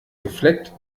gefleckt